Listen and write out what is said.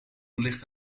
ligt